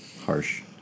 Harsh